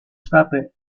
state